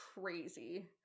crazy